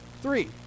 three